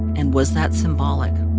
and was that symbolic